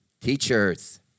Teachers